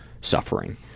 suffering